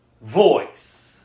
voice